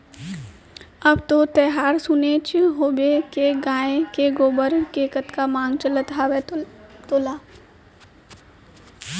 अब तो तैंहर सुनेच होबे के गाय के गोबर के कतका मांग चलत हवय तेला